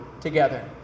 together